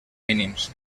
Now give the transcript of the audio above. mínims